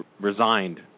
resigned